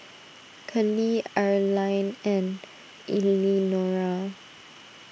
Kellie Arline and Eleanora